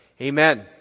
Amen